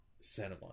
cinema